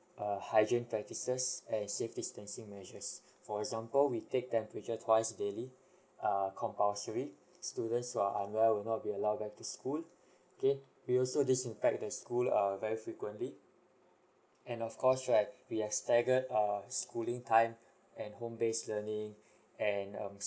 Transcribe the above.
a hygiene practices and safe distancing measures for example we take temperature twice daily err compulsory students who are unwell will not be allowed back to school okay we also disinfect the school err very frequently and of course right we have staggered err schooling time and home based learning and um